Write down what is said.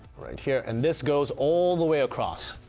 right here, and this goes all the way across.